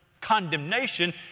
condemnation